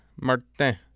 Martin